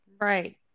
Right